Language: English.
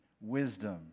wisdom